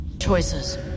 choices